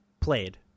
played